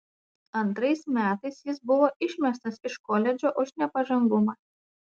antrais metais jis buvo išmestas iš koledžo už nepažangumą